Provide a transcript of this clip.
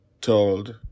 Told